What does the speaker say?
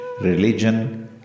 religion